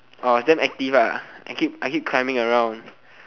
same active I keep I keep climbing around